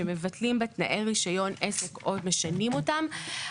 שמבטלים בה תנאי רישיון עסק או משנים אותם,